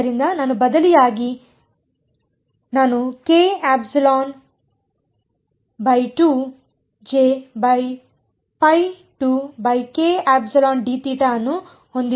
ಆದ್ದರಿಂದ ನಾನು ಬದಲಿಯಾಗಿ ನಾನು ಅನ್ನು ಹೊಂದಿದ್ದೇನೆ